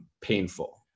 painful